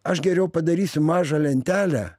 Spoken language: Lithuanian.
aš geriau padarysiu mažą lentelę